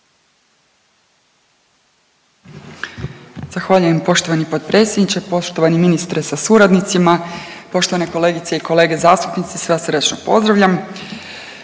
Zahvaljujem poštovani potpredsjedniče, poštovani ministre sa suradnicima, poštovane kolegice i kolege zastupnici, sve vas srdačno pozdravljam.